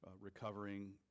recovering